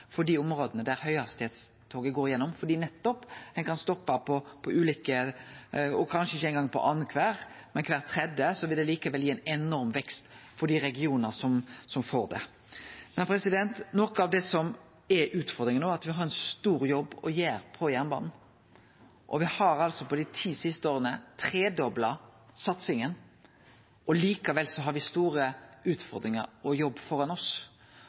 for dei områda der høghastigheitstoget går gjennom, for ein kan stoppe på ulike stasjonar, kanskje ikkje eingong på annankvar, men på kvar tredje, og det vil likevel gi ein enorm vekst for dei regionane som får det. Noko av det som er utfordringa no, er at me har ein stor jobb å gjere på jernbanen. På dei ti siste åra har me altså tredobla satsinga, og likevel har me store utfordringar og ein stor jobb framfor oss.